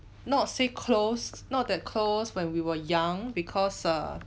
not say close not that close when we were young because err